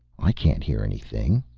i can't hear anything.